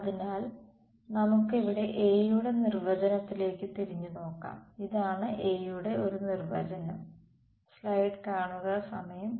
അതിനാൽ നമുക്ക് ഇവിടെ A യുടെ നിർവചനത്തിലേക്ക് തിരിഞ്ഞുനോക്കാം ഇതാണ് A യുടെ ഒരു നിർവചനം